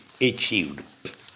achieved